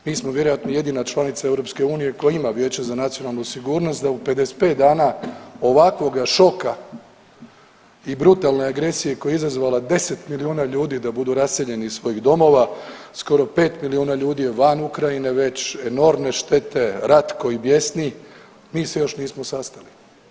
Mi smo vjerojatno jedina članica EU koja ima Vijeće za nacionalnu sigurnost da u 55 dana ovakvoga šoka i brutalne agresije koju je izazvala, 10 milijuna ljudi da budu raseljeni iz svojih domova, skoro 5 milijuna ljudi je van Ukrajine već, enormne štete, rat koji bjesni, mi se još nismo sastali.